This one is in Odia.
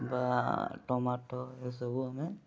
ବା ଟମାଟୋ ଏସବୁ ଆମେ